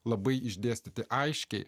labai išdėstyti aiškiai